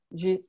de